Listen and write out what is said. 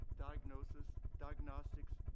diagnosis, diagnostics,